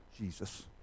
Jesus